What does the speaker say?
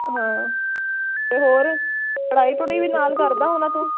ਹਾਂ ਅਤੇ ਹੋਰ ਪੜ੍ਹਾਈ ਪੜੁਈ ਵੀ ਨਾਲ ਕਰਦਾ ਹੋਣਾ ਤੂੰ